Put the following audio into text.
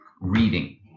reading